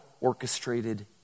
orchestrated